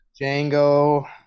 Django